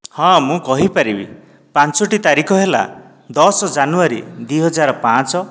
ହଁ ମୁଁ କହିପାରିବି ପାଞ୍ଚଟି ତାରିଖ ହେଲା ଦଶ ଜାନୁଆରୀ ଦୁଇହଜାର ପାଞ୍ଚ